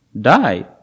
die